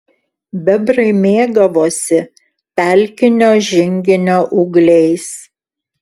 bebrai mėgavosi pelkinio žinginio ūgliais